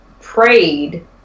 prayed